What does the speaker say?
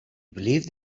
believed